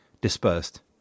dispersed